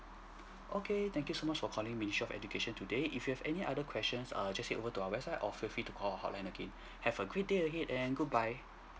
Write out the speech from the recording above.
okay thank you so much for calling ministry of education today if you have any other questions err just head over to our website or feel free to call our hotline again have a great day ahead and goodbye